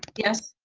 yes.